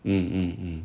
mm mm mm